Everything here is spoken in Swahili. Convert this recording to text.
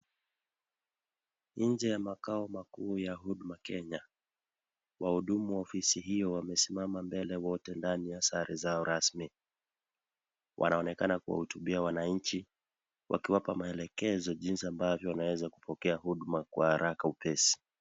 Nje ya makao makuu ya Huduma Kenya, wahudumu wa ofisi hiyo wamesimama mbele wote ndani ya sare zao rasmi. Wanaonekana kuwahutubia wananchi, wakiwapa maelekezo jinsi ambavyo wanaeza kupokea huduma kwa haraka upesi.